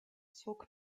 zog